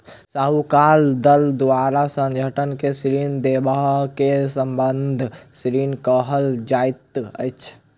साहूकारक दल द्वारा संगठन के ऋण देबअ के संबंद्ध ऋण कहल जाइत अछि